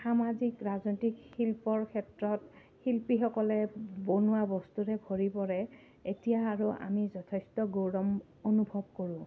সামাজিক ৰাজনৈতিক শিল্পৰ ক্ষেত্ৰত শিল্পীসকলে বনোৱা বস্তুৰে ভৰি পৰে এতিয়া আৰু আমি যথেষ্ট গৌৰৱ অনুভৱ কৰোঁ